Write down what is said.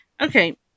Okay